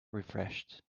refreshed